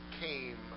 came